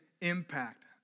impact